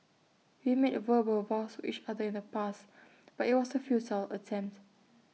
we made verbal vows each other in the past but IT was A futile attempt